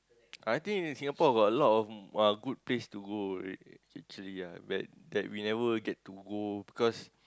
I think in Singapore got a lot of uh good place to go actually ah that that we never get to go because